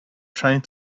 trying